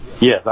Yes